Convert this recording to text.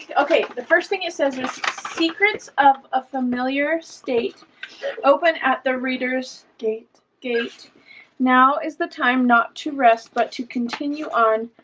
okay the first thing it says is secrets of a familiar state open at the readers date-based now is the time not to rest but to continue on.